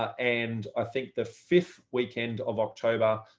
ah and i think the fifth weekend of october,